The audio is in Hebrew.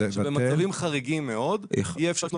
שבמצבים חריגים מאוד יהיה אפשר לפנות